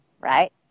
right